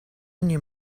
ogni